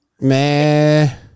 Man